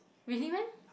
really meh